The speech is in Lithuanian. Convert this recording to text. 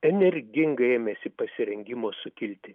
energingai ėmėsi pasirengimo sukilti